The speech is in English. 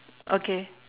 okay